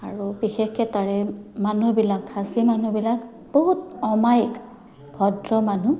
আৰু বিশেষকে তাৰে মানুহবিলাক খাচী মানুহবিলাক বহুত অমায়িক ভদ্ৰ মানুহ